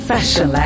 Fashion